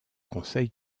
conseil